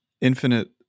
infinite